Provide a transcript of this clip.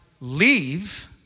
leave